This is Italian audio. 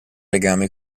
legame